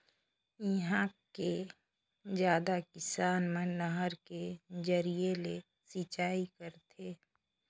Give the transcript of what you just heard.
इहां के जादा किसान मन नहर के जरिए ले सिंचई करथे